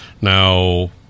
now